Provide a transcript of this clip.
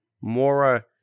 Mora